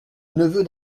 neveu